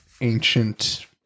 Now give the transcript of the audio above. ancient